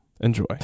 Enjoy